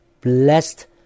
blessed